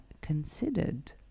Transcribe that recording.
considered